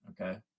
Okay